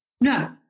no